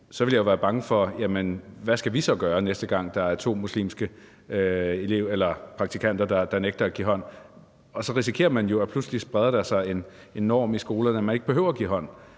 så ville jeg være bange for, hvad jeg så skulle gøre, næste gang der er to muslimske praktikanter, der nægter at give hånd. Så risikerer man jo, at der pludselig spreder sig en norm i skolerne om, at man ikke behøver at give hånd.